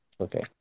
Okay